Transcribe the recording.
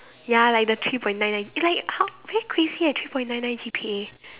ya like the three point nine nine like how very crazy eh three point nine nine G_P_A